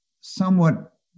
somewhat